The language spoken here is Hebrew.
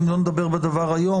אם לא נדבר בדבר היום,